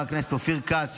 וחבר הכנסת אופיר כץ,